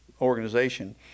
organization